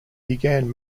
began